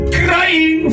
crying